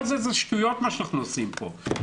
כל מה שאנחנו עושים פה זה שטויות,